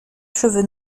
cheveux